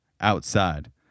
outside